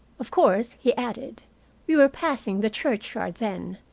of course, he added we were passing the churchyard then,